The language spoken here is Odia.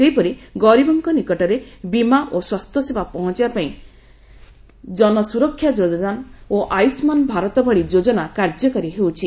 ସେହିପରି ଗରୀବଙ୍କ ବୀମା ଓ ସ୍ୱାସ୍ଥ୍ୟସେବା ପହଞ୍ଚାଇବା ପାଇଁ ଜନ ସୁରକ୍ଷା ଯୋଜନା ଓ ଆୟୁଷ୍ମାନ ଭାରତ ଭଳି ଯୋଜନା କାର୍ଯ୍ୟକାରୀ ହେଉଛି